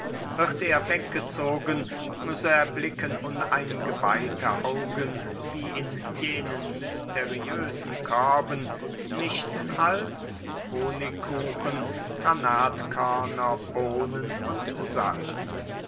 wird er weggezogen so erblicken uneingeweihte augen wie in jenen mysteriösen körben nichts als honigkuchen granatkörner bohnen und salz